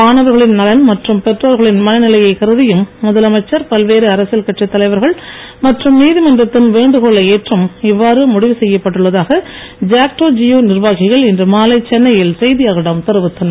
மாணவர்களின் நலன் மற்றும் பெற்றோர்களின் மனநிலையை கருதியும் முதலமைச்சர் பல்வேறு அரசியல் கட்சி தலைவர்கள் மற்றும் நீதிமன்றத்தின் வேண்டுகோளை ஏற்றும் இவ்வாறு முடிவு செய்யப்பட்டுள்ளதாக ஜாக்டோ ஜியோ நிர்வாகிகள் இன்று மாலை சென்னையில் செய்தியாளர்களிடம் தெரிவித்தனர்